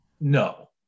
no